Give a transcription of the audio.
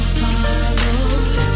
follow